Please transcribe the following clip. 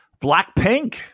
Blackpink